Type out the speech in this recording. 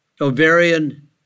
ovarian